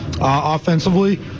offensively